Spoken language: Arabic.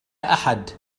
أحد